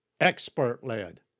expert-led